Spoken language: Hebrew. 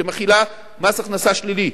מחילה מס הכנסה שלילי,